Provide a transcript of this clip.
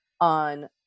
on